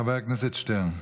חבר הכנסת שטרן.